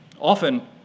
Often